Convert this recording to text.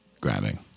grabbing